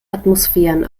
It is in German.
atmosphären